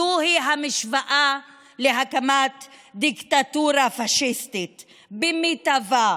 זוהי המשוואה להקמת דיקטטורה פשיסטית במיטבה,